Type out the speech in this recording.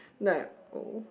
then I like oh